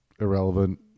irrelevant